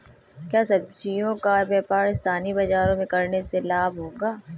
क्या सब्ज़ियों का व्यापार स्थानीय बाज़ारों में करने से लाभ होगा?